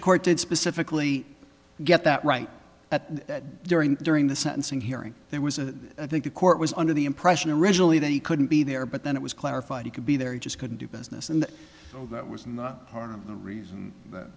district court did specifically get that right at that during during the sentencing hearing there was a think the court was under the impression originally that he couldn't be there but then it was clarified he could be there he just couldn't do business and that was part of the reason